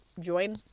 join